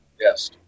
yes